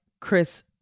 Chris